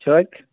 چھٲتۍ